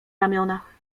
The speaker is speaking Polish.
ramionach